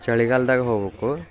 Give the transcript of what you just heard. ಚಳಿಗಾಲ್ದಾಗ ಹೋಗಬೇಕು